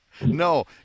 No